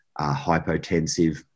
hypotensive